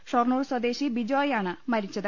ഷൊർണൂർ സ്വദേശി ബിജോയ് ആണ് മരിച്ചത്